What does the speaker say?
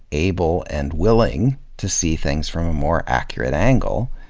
able and willing to see things from more accurate angle,